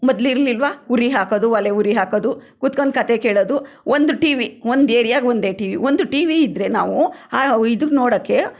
ಮೊದಲಿರ್ಲಿಲ್ವಾ ಉರಿ ಹಾಕೋದು ಒಲೆ ಉರಿ ಹಾಕೋದು ಕೂತ್ಕೊಂಡು ಕತೆ ಕೇಳೋದು ಒಂದು ಟಿವಿ ಒಂದು ಏರಿಯಾಗೆ ಒಂದೇ ಟಿವಿ ಒಂದು ಟಿವಿ ಇದ್ದರೆ ನಾವು ಆ ಇದನ್ನು ನೋಡೋಕ್ಕೆ